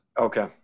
Okay